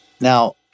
Now